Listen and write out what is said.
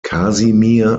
kasimir